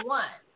one